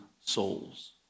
souls